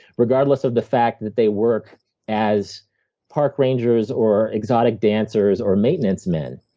regardless of the fact that they work as park rangers or exotic dancers or maintenance men.